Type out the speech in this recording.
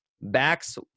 backs